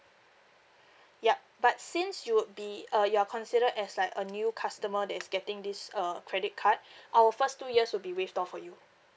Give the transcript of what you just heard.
yup but since you would be uh you are considered as like a new customer that is getting this uh credit card our first two years will be waived off for you